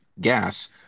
gas